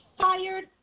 fired